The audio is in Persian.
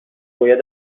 باید